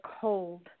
cold